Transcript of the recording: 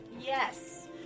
yes